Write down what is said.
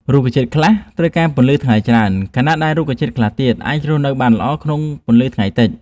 រុក្ខជាតិខ្លះត្រូវការពន្លឺថ្ងៃច្រើន ខណៈដែលរុក្ខជាតិខ្លះទៀតអាចរស់នៅបានល្អក្នុងពន្លឺថ្ងៃតិច។